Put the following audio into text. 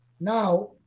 now